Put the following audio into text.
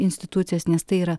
institucijas nes tai yra